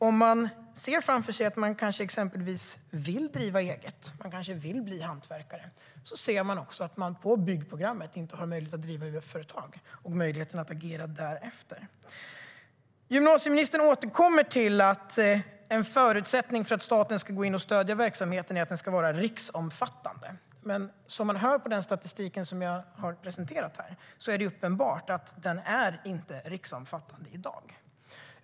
Om man ser framför sig att man exempelvis vill driva eget - man kanske vill bli hantverkare - ser man också att man på byggprogrammet inte har möjlighet att driva UF-företag och möjligheten att agera därefter. Gymnasieministern återkommer till att en förutsättning för att staten ska gå in och stödja verksamheten är att den ska vara riksomfattande. Som vi ser i den statistik jag har presenterat är det dock uppenbart att den inte är riksomfattande i dag.